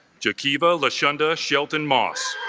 chiquita lashonda shelton moss